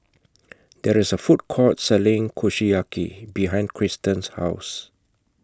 There IS A Food Court Selling Kushiyaki behind Christen's House